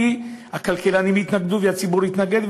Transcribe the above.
כי הכלכלנים התנגדו והציבור התנגד,